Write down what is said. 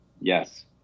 Yes